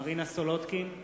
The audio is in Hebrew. מרינה סולודקין,